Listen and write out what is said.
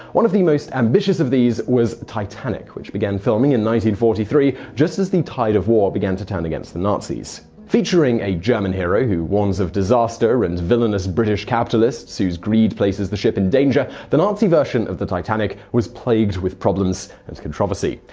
one of the most ambitious of these was titanic, which began filming and forty three just as the tide of war began to turn against the nazis. featuring a german hero who warns of disaster, and villainous british capitalists whose greed places the ship in danger, the nazi version of the titanic was plagued with problems and controversy.